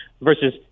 versus